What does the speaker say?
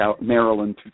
Maryland